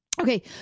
okay